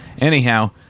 Anyhow